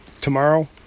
tomorrow